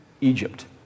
Egypt